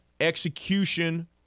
execution